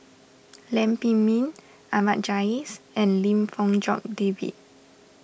Lam Pin Min Ahmad Jais and Lim Fong Jock David